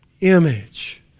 image